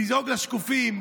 לדאוג לשקופים,